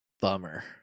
bummer